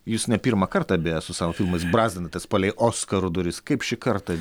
jūs ne pirmą kartą beje su savo filmais brazdinatės palei oskarų duris kaip šį kartą